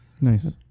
Nice